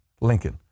Lincoln